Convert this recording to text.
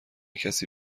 کسی